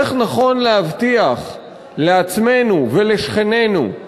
איך נכון להבטיח לעצמנו ולשכנינו,